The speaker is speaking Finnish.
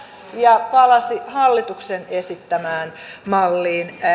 ja palasi hallituksen esittämään malliin